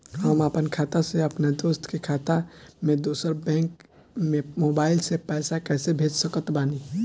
हम आपन खाता से अपना दोस्त के खाता मे दोसर बैंक मे मोबाइल से पैसा कैसे भेज सकत बानी?